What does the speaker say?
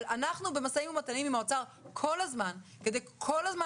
אבל אנחנו במשאים ומתנים עם האוצר כל הזמן כדי כל הזמן